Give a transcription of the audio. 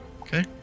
Okay